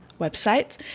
website